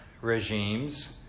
regimes